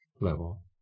level